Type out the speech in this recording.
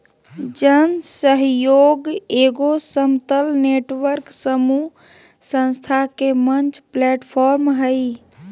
जन सहइोग एगो समतल नेटवर्क समूह संस्था के मंच प्लैटफ़ार्म हइ